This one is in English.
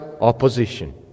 opposition